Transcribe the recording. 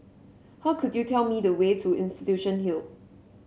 how could you tell me the way to Institution Hill